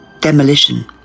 Demolition